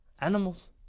animals